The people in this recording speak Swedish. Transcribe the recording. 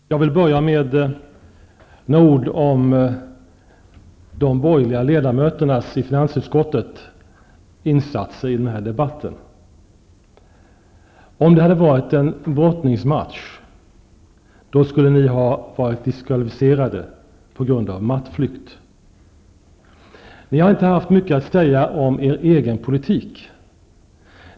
Herr talman! jag vill börja med några ord om finansutskottets borgerliga ledamöters insatser i den här debatten. Om det hade varit en brottningsmatch skulle ni ha blivit diskvalificerade på grund av mattflykt. Ni har inte haft mycket att säga om er egen politik.